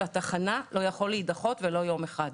התחנה לא יכול להידחות ולו ביום אחד.